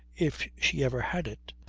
if she ever had it,